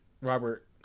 Robert